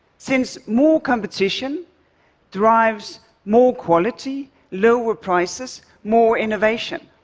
since more competition drives more quality, lower prices, more innovation?